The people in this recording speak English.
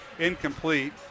Incomplete